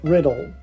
Riddle